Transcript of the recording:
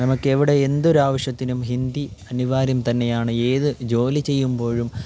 നമുക്കെവിടെ എന്തൊരാവശ്യത്തിനും ഹിന്ദി അനിവാര്യം തന്നെയാണ് ഏത് ജോലി ചെയ്യുമ്പോഴും